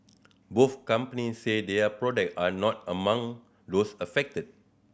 both companies said their product are not among those affected